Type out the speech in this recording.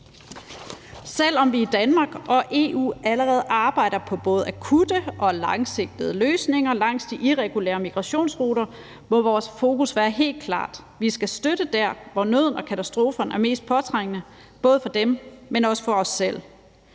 Selv om vi i Danmark og EU allerede arbejder på både akutte og langsigtede løsninger langs de irregulære migrationsruter, må vores fokus være helt klart. Vi skal støtte der, hvor nøden og katastrofen er mest påtrængende, både for dem, men også for os selv.